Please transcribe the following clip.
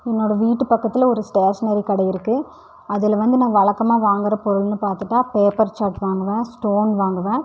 என்னோடய வீட்டு பக்கத்தில் ஒரு ஸ்டேஷனரி கடை இருக்குது அதில் வந்து நான் வழக்கமாக வாங்கிற பொருளுன்னு பார்த்துட்டா பேப்பர் சார்ட் வாங்குவேன் ஸ்டோன் வாங்குவேன்